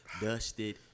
dusted